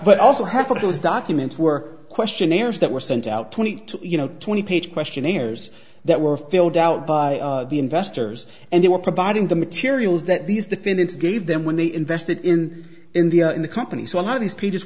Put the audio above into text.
those documents were questionnaires that were sent out twenty two you know twenty page questionnaires that were filled out by the investors and they were providing the materials that these defendants gave them when they invested in india in the company so a lot of these